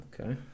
Okay